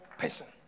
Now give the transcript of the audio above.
person